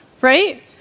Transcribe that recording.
Right